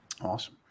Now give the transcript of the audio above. awesome